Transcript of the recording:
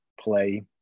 play